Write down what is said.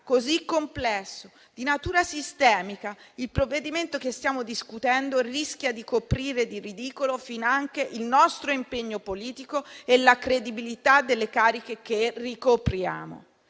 così complesso, di natura sistemica, il provvedimento che stiamo discutendo rischia di coprire di ridicolo finanche il nostro impegno politico e la credibilità delle cariche che ricopriamo.